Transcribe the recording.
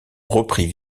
reprit